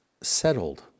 settled